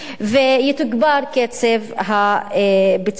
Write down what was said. ויתוגבר קצב הביצוע.